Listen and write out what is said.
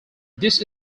this